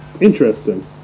interesting